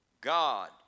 God